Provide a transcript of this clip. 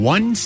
One